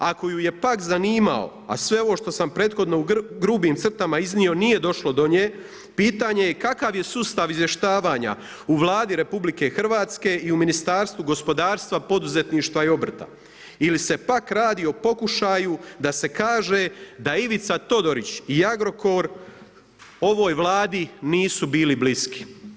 Ako ju je pak zanimao, a sve ovo što sam prethodno u grubim crtama iznio nije došlo do nje, pitanje je kakav je sustav izvještavanja u Vladi RH i u ministarstvu gospodarstva, poduzetništva i obrta, ili se pak radi o pokušaju da se kaže da Ivica Todorić i Agrokor ovoj Vladi nisu bili bliski.